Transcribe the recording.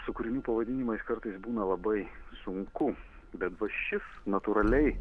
su kūrinių pavadinimais kartais būna labai sunku bet va šis natūraliai